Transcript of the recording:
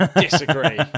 disagree